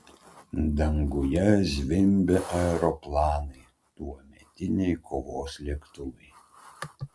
danguje zvimbė aeroplanai tuometiniai kovos lėktuvai